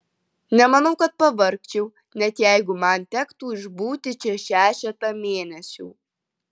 nemanau kad pavargčiau net jeigu man tektų išbūti čia šešetą mėnesių